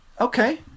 okay